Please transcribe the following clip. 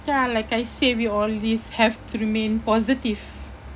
ya like I say we always have to remain positive